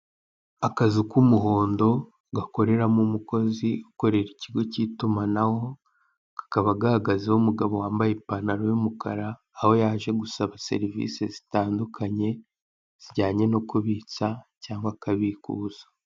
Akazu k'umuhondo gakoreramo umukozi ukorera ikigo cy'itimanaho kakaba gahagazeho umugabo wambaye ipanantaro y'umukara aho yaje gusaba serivise zitandukanye zijyanye no kubitsa cyangwa kubikuza